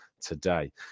today